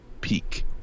peak